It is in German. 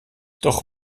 doch